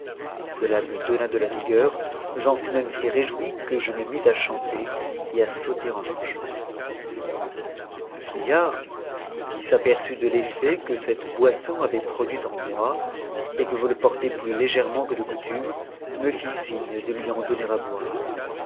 cela me donna de la vigueur j'en fus même si réjoui e je tne mis à chanter et à sauter en marchant le vieillard qui s'aperçut de l'effet que cette boisson avait produit en et que je le portais plus légèrement que de coutume me ht signe donner à boire